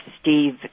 Steve